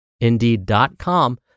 indeed.com